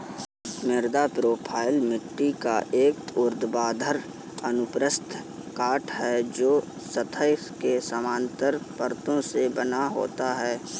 मृदा प्रोफ़ाइल मिट्टी का एक ऊर्ध्वाधर अनुप्रस्थ काट है, जो सतह के समानांतर परतों से बना होता है